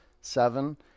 seven